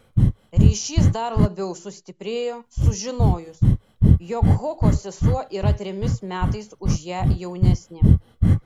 ryšys dar labiau sustiprėjo sužinojus jog hoko sesuo yra trimis metais už ją jaunesnė